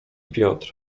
piotr